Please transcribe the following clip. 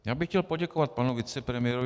Já bych chtěl poděkovat panu vicepremiérovi.